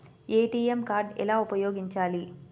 ATM card ఎలా ఉపయోగించాలి?